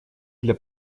для